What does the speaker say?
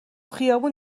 خیابون